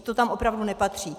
To tam opravdu nepatří.